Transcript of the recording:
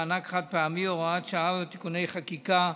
מענק חד-פעמי) (הוראה שעה ותיקוני חקיקה),